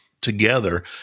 together